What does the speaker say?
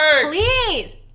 please